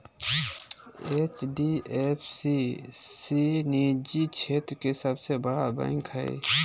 HDF सी निजी क्षेत्र के सबसे बड़ा बैंक हय